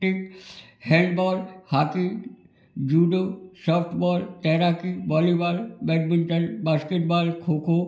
handball hockey judo softball तैराकी volleyball badminton basketball खो खो